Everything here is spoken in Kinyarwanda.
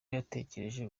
yatekereje